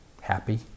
happy